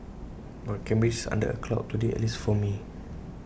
but Cambridge is under A cloud today at least for me